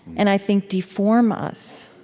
and, i think, deform us.